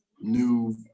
new